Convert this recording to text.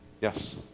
Yes